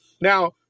Now